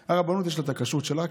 מבחינתה, אם כתוב "כשר", זה בסדר גמור.